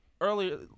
earlier